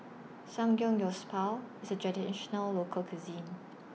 Samgeyopsal IS A Traditional Local Cuisine